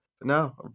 No